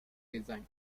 design